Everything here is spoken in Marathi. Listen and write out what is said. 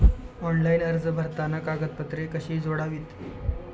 ऑनलाइन अर्ज भरताना कागदपत्रे कशी जोडावीत?